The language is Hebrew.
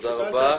תודה רבה.